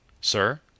Sir